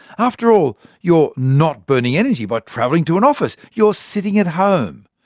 after all, you're not burning energy by travelling to an office you're sitting at home,